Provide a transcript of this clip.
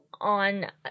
on